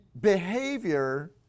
behavior